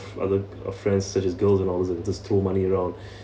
other uh friends such as girls and all and just throw money around